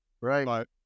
right